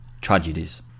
Tragedies